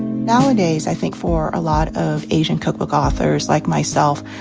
nowadays, i think, for a lot of asian cookbook authors like myself,